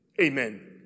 Amen